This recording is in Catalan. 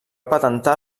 patentar